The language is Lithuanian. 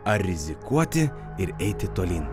ar rizikuoti ir eiti tolyn